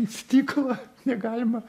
stiklą negalima